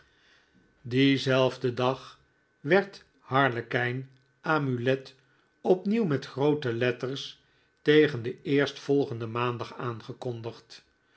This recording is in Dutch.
dienzelfden dag werd harlekijn amulet opnieuw met groote letters tegen den eerstvolgenden maandag aangekondigd